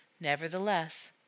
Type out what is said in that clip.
Nevertheless